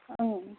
अँ